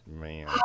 Man